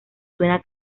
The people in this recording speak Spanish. suena